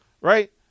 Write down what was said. right